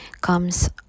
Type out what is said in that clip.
comes